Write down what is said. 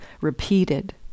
repeated